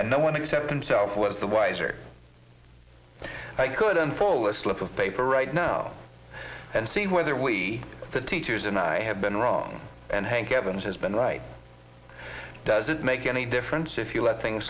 no one except himself was the wiser i couldn't pull a slip of paper right now and see whether we the teachers and i had been wrong and hank evans has been right does it make any difference if you let things